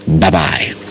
Bye-bye